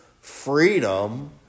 freedom